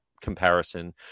comparison